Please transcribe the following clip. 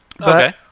Okay